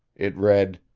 it read